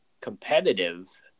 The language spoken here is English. competitive